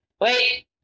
Wait